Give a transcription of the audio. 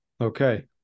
okay